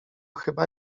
chyba